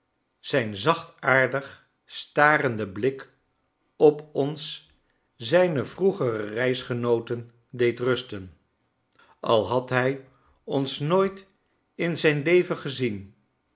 zijn zachtaardig starenden blik op ons zijne vroegere reisgenooten deed rusten als had hij ons nooit in zijn leven gezien